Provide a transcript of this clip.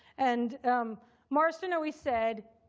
and marston always said,